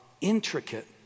intricate